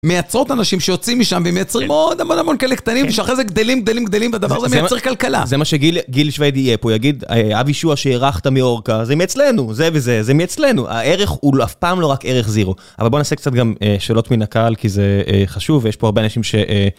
מייצרות אנשים שיוצאים משם ומייצרים מאוד המון המון כלים קטנים ושאחרי זה גדלים גדלים גדלים והדבר הזה מייצר כלכלה זה מה שגיל גיל שוויד יהיה פה הוא יגיד אבי שואה שארחת מאורכה זה מאצלנו זה וזה זה מאצלנו הערך הוא אף פעם לא רק ערך זירו. אבל בוא נעשה קצת גם שאלות מן הקהל כי זה חשוב יש פה הרבה אנשים ש.